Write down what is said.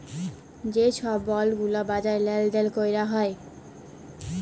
যে ছব বল্ড গুলা বাজারে লেল দেল ক্যরা হ্যয়